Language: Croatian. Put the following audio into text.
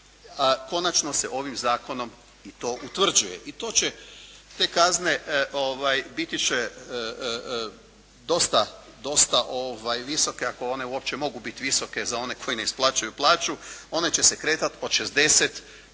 a konačno se ovim zakonom i to utvrđuje. I to će, te kazne biti će dosta, dosta visoke ako one uopće mogu biti visoke za one koji ne isplaćuju plaću. One će se kretati od 60